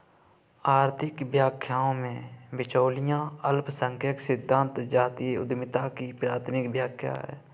आर्थिक व्याख्याओं में, बिचौलिया अल्पसंख्यक सिद्धांत जातीय उद्यमिता की प्राथमिक व्याख्या है